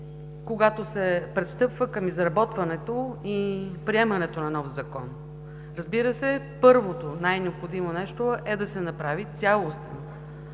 когато се пристъпва към изработването и приемането на нов закон? Разбира се, първото, най-необходимо нещо е да се направи цялостен